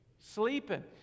Sleeping